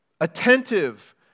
Attentive